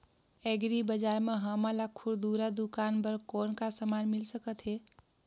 Agri बजार म हमन ला खुरदुरा दुकान बर कौन का समान मिल सकत हे?